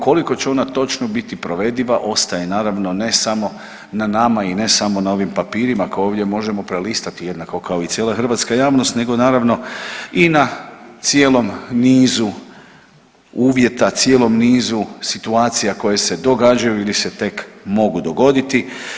Koliko će onda točno biti provediva ostaje naravno ne samo na nama i ne samo na ovim papirima koje ovdje možemo prelistati jednako kao i cijela hrvatska javnost, nego naravno i na cijelom nizu uvjeta, cijelom nizu situacija koje se događaju ili se tek mogu dogoditi.